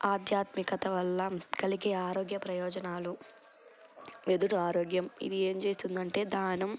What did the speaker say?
ఆధ్యాత్మికత వల్ల కలిగే ఆరోగ్య ప్రయోజనాలు వెదుడు ఆరోగ్యం ఇది ఏం చేస్తుంది అంటే ధ్యానం